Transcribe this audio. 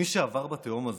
מי שעבר בתהום הזו,